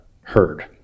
herd